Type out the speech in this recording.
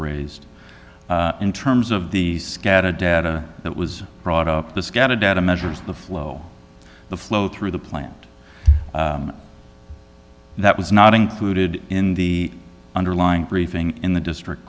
raised in terms of the scattered data that was brought up the scattered data measures the flow the flow through the plant that was not included in the underlying briefing in the district